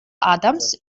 adams